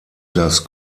das